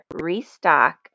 restock